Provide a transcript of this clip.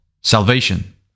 salvation